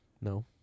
No